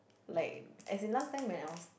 like as in last time when I was